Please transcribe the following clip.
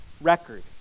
record